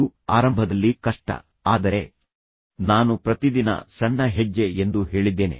ಇದು ಆರಂಭದಲ್ಲಿ ಕಷ್ಟ ಆದರೆ ನಾನು ಪ್ರತಿದಿನ ಸಣ್ಣ ಹೆಜ್ಜೆ ಎಂದು ಹೇಳಿದ್ದೇನೆ